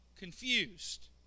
Confused